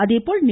அதேபோல் நி